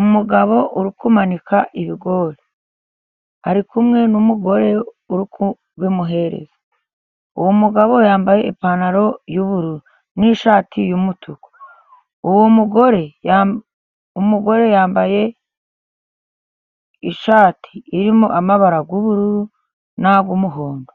Umugabo uri kumanika ibigori, ari kumwe n'umugore w'umuhereza, uwo mugabo yambaye ipantaro y'ubururu n'ishati y'umutuku, uwo mugore, umugore yambaye ishati irimo amabara y'ubururu n'ay'umuhondo,